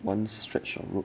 one stretch of road